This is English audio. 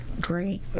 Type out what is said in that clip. great